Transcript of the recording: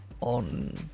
on